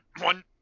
one